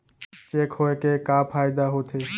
Cheque होए के का फाइदा होथे?